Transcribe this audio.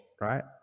right